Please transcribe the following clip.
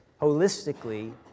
holistically